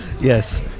Yes